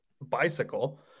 bicycle